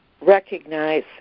recognize